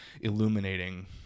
illuminating